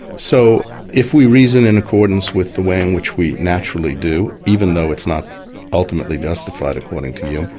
so if we reason in accordance with the way in which we naturally do even though it's not ultimately justified according to hume,